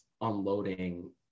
unloading